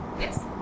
Yes